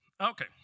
Okay